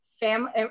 family